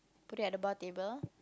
put it at the bar table